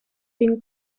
been